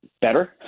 better